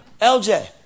LJ